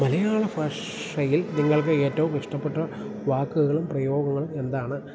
മലയാള ഭാഷയിൽ നിങ്ങൾക്ക് ഏറ്റവും ഇഷ്ടപ്പെട്ട വാക്കുകളും പ്രയോഗങ്ങളും എന്താണ്